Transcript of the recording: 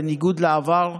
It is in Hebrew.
בניגוד לעבר,